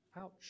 Ouch